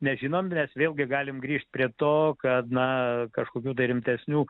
nežinom nes vėlgi galim grįžt prie to kad na kažkokių tai rimtesnių